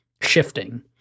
shifting